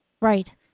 Right